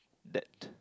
that